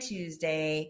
Tuesday